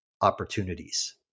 opportunities